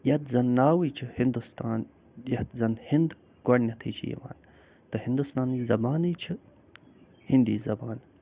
یَتھ زن ناوٕے چھُ ہندوستان یَتھ زن ہِند گۄڈنٮ۪تھٕے چھِ یِوان تہٕ ہِندوستانٕچ زبانٕے چھِ ہیندی زبان